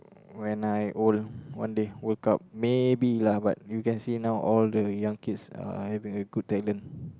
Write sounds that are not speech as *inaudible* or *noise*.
when I old one day World Cup maybe lah but you can see now all the young kids uh having very good talent *breath*